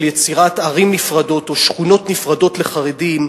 של יצירת ערים נפרדות או שכונות נפרדות לחרדים,